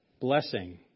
Blessing